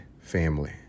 family